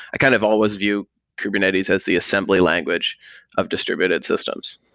i kind of always view kubernetes as the assembly language of distributed systems.